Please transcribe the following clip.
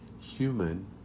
human